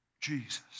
Jesus